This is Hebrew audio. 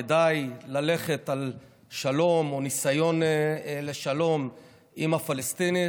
כדאי ללכת על שלום או ניסיון לשלום עם הפלסטינים,